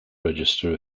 register